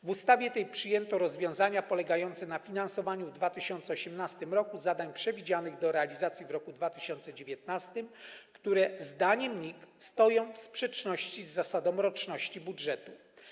W ustawie tej przyjęto rozwiązania polegające na finansowaniu w 2018 r. zadań przewidzianych do realizacji w roku 2019, które zdaniem NIK stoją w sprzeczności z zasadą roczności budżetu.